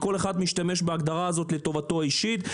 כל אחד משתמש בהגדרה הזאת לטובתו האישית.